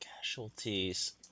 Casualties